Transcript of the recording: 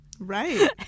Right